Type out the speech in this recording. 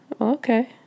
Okay